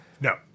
No